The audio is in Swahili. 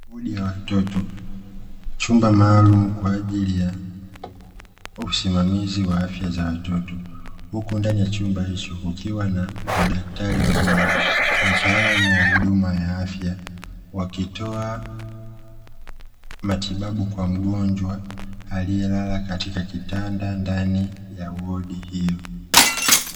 Wodi ya watoto, chumba maalumu kwa ajili ya usimamizi wa afya za watoto, huku ndani ya chumba hicho kukiwa na madaktari wawili, wataalamu wa huduma ya afya wakitoa matibabu kwa mgonjwa aliyelala katika kitanda ndani ya wodi hiyo.